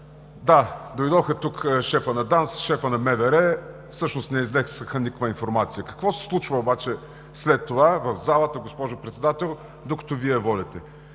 да, дойдоха тук шефът на ДАНС, шефът на МВР – всъщност не изнесоха никаква информация. Какво се случва обаче след това в залата, госпожо Председател, докато Вие водите?